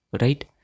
Right